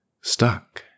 Stuck